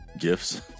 gifts